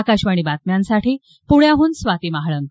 आकाशवाणी बातम्यांसाठी प्ण्याहन स्वाती महाळंक